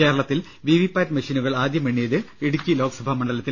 കേരളത്തിൽ V V PAT മെഷീനുകൾ ആദ്യം എണ്ണിയത് ഇടുക്കി ലോക്സഭാ മണ്ഡലത്തിലാണ്